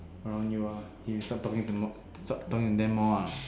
around you ah you start to meet them more start to meet them more ah